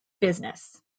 business